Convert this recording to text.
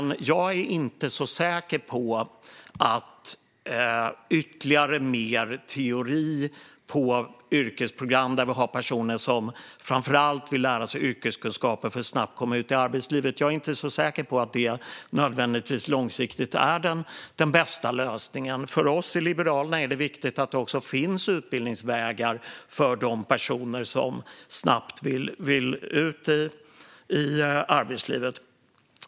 Jag är inte så säker på att ännu mer teori på yrkesprogram där vi har personer som framför allt vill lära sig yrkeskunskaper för att snabbt komma ut i arbetslivet nödvändigtvis är den långsiktigt bästa lösningen. För oss i Liberalerna är det viktigt att det finns utbildningsvägar också för de personer som snabbt vill ut i arbetslivet.